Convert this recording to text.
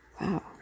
Wow